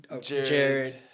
Jared